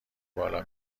بالا